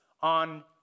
on